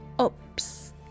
oops